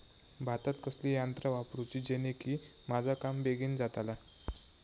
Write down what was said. भातात कसली यांत्रा वापरुची जेनेकी माझा काम बेगीन जातला?